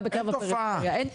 גדולה בפריפריה, אין תופעה.